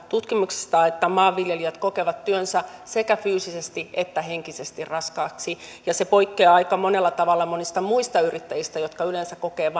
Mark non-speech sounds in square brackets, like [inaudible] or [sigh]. tutkimuksista että maanviljelijät kokevat työnsä sekä fyysisesti että henkisesti raskaaksi ja tämä poikkeaa aika monella tavalla monista muista yrittäjistä jotka yleensä kokevat [unintelligible]